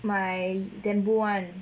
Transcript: my denboo [one]